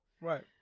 Right